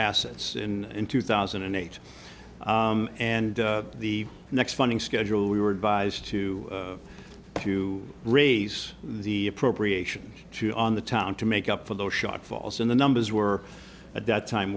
assets in two thousand and eight and the next funding schedule we were advised to to raise the appropriations to on the town to make up for those shock falls in the numbers were at that time